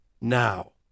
Now